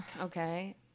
okay